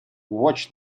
watch